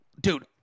dude